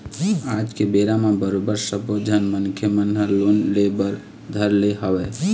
आज के बेरा म बरोबर सब्बो झन मनखे मन ह लोन ले बर धर ले हवय